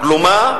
הגלומה,